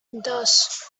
dos